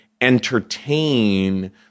entertain